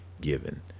given